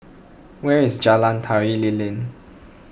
where is Jalan Tari Lilin